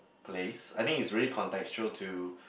place I think is really contextual to